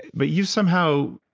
but you somehow,